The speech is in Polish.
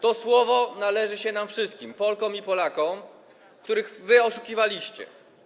To słowo należy się nam wszystkim, Polkom i Polakom, których wy oszukiwaliście.